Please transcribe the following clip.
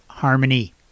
Harmony